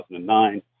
2009